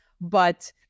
but-